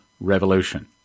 revolution